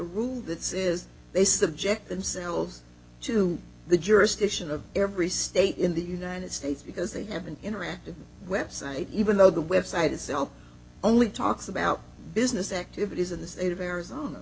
rule that says they subject themselves to the jurisdiction of every state in the united states because they have an interactive website even though the website itself only talks about business activities in the state of arizona